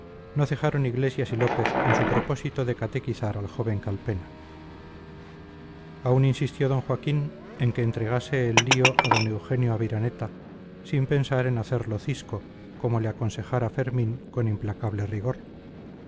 no cejaron iglesias y lópez en su propósito de catequizar al joven calpena aún insistió d joaquín en que entregase el lío a d eugenio aviraneta sin pensar en hacerlo cisco como le aconsejara fermín con implacable rigor